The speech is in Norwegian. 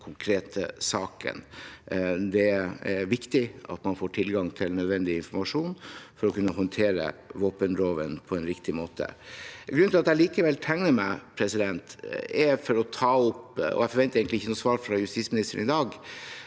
Det er viktig at man får tilgang til nødvendig informasjon for å kunne håndtere våpenloven på riktig måte. Grunnen til at jeg likevel tegner meg – og jeg forventer egentlig ikke noe svar fra justisministeren i dag